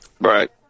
Right